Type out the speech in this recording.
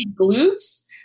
glutes